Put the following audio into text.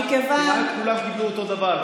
כמעט כולן קיבלו אותו דבר,